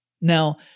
Now